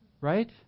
right